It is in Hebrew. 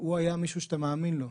הוא היה מישהו שאתה מאמין לו.